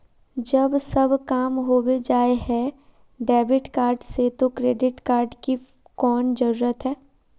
जब सब काम होबे जाय है डेबिट कार्ड से तो क्रेडिट कार्ड की कोन जरूरत है?